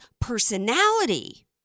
personality